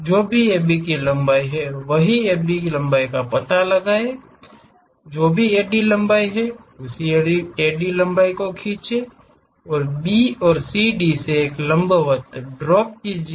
जो भी AB की लंबाई है वही AB की लंबाई का पता लगाएं जो भी AD की लंबाई है उसी AD की लंबाई को देखें और B और CD से से लंबवत ड्रॉप कीजिये